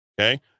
okay